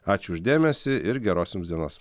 ačiū už dėmesį ir geros jums dienos